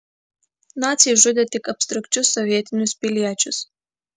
naciai žudė tik abstrakčius sovietinius piliečius